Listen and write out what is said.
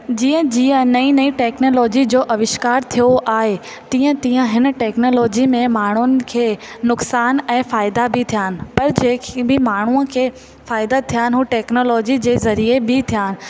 जीअं जीअं नई टेक्नोलोजी जो अविष्कार थियो आहे तीअं तीअं हिन टेक्नोलोजी में माण्हुनि खे नुक़सान ऐं फ़ाइदा बि थिया आहिनि पर जंहिं खे बि माण्हूंअ खे फ़ाइदा थिया आहिनि हू टेक्नोलिजी जे ज़रिए बि थिया आहिनि